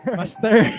master